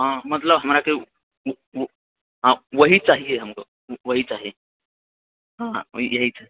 हँ मतलब हमराके ओ ओएह चाहिए हमको वही चाही हँ यही